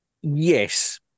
Yes